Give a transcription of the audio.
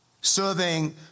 serving